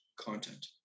content